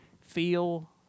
feel